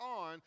on